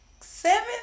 seven